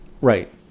Right